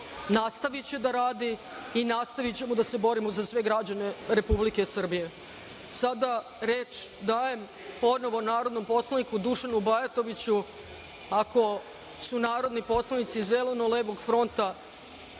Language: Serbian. nastaviće da radi i nastavićemo da se borimo za sve građane Republike Srbije. Sada reč dajem ponovo narodnom poslaniku Dušanu Bajatoviću, ako su narodni poslanici Zeleno-levog fronta